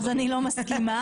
אני לא מסכימה.